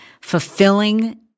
fulfilling